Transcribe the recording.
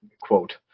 quote